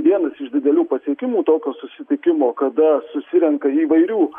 vienas iš didelių pasiekimų tokio susitikimo kada susirenka įvairių